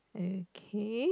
okay